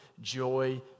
joy